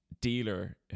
dealer